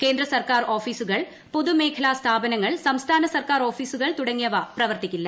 കേന്ദ്ര സർക്കാർ ഓഫീസുകൾ പൊതുമേഖല സ്ഥാപനങ്ങൾ സംസ്ഥാന സർക്കാർ ഓഫീസുകൾ തുടങ്ങിയ പ്രവർത്തിക്കില്ല